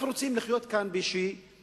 רוצים לחיות כאן בקהילה